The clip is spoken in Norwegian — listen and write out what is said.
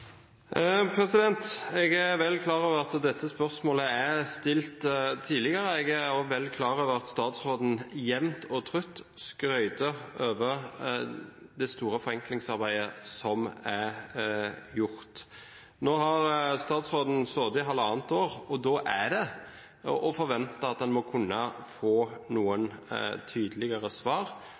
Jeg er godt klar over at dette spørsmålet er stilt tidligere. Jeg er også godt klar over at statsråden jevnt og trutt skryter av det store forenklingsarbeidet som er gjort. Nå har statsråden sittet i halvannet år, og da er det å forvente at en må kunne få noen tydeligere svar